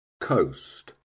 Coast